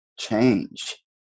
Change